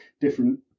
different